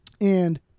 And-